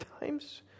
times